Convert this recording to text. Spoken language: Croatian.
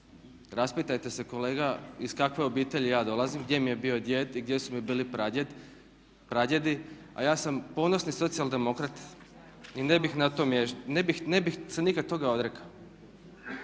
Raspitajte se kolega iz kakve obitelji ja dolazim, gdje mi je bio djed i gdje su mi bili pradjedi a ja sam ponosni socijaldemokrat i ne bih se nikad toga odrekao.